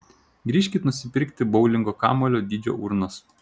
grįžkit nusipirkti boulingo kamuolio dydžio urnos